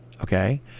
okay